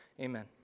Amen